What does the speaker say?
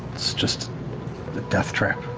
it's just a death trap.